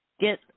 Get